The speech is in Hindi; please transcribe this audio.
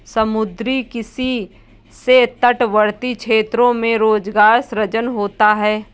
समुद्री किसी से तटवर्ती क्षेत्रों में रोजगार सृजन होता है